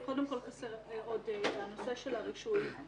חסר הנושא של הרישוי.